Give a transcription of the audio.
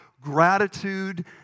gratitude